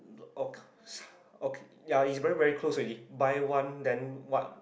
okay ya it's very very close already buy one then what